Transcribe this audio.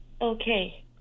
Okay